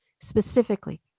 Specifically